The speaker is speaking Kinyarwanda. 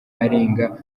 arenga